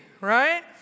right